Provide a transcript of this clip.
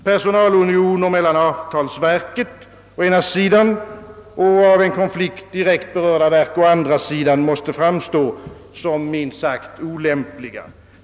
Personalunioner mellan avtalsverket och av en konflikt direkt berörda verk framstår som direkt olämpliga.